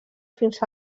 fins